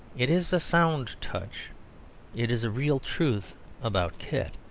it is a sound touch it is a real truth about kit.